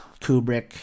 Kubrick